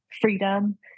freedom